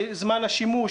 וזמן השימוש,